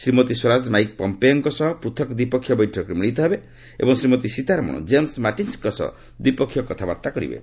Shrimati Swaraj Mike ପମ୍ପେଓଙ୍କ ସହ ପୃଥକ ଦ୍ୱିପକ୍ଷିୟ ବୈଠକରେ ମିଳିତ ହେବେ ଏବଂ ଶ୍ରୀମତୀ ସୀତାରମଣ ଜେମ୍ବ ମାଟିସ୍ଙ୍କ ସହ ଦ୍ୱିପକ୍ଷିୟ କଥାବାର୍ତ୍ତା କରିବେ